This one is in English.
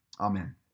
Amen